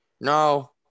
No